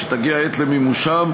כשתגיע העת למימושם.